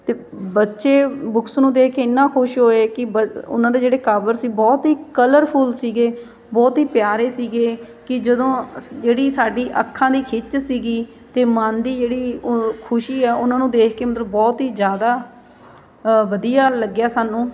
ਅਤੇ ਬੱਚੇ ਬੁੱਕਸ ਨੂੰ ਦੇਖ ਇੰਨਾ ਖੁਸ਼ ਹੋਏ ਕਿ ਬ ਉਹਨਾਂ ਦੇ ਜਿਹੜੇ ਕਵਰ ਸੀ ਬਹੁਤ ਹੀ ਕਲਰਫੁੱਲ ਸੀਗੇ ਬਹੁਤ ਹੀ ਪਿਆਰੇ ਸੀਗੇ ਕਿ ਜਦੋਂ ਜਿਹੜੀ ਸਾਡੀ ਅੱਖਾਂ ਦੀ ਖਿੱਚ ਸੀਗੀ ਅਤੇ ਮਨ ਦੀ ਜਿਹੜੀ ਖੁਸ਼ੀ ਆ ਉਹਨਾਂ ਨੂੰ ਦੇਖ ਕੇ ਮਤਲਬ ਬਹੁਤ ਹੀ ਜ਼ਿਆਦਾ ਵਧੀਆ ਲੱਗਿਆ ਸਾਨੂੰ